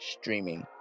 streaming